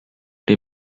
the